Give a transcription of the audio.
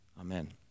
Amen